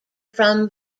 from